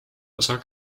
osa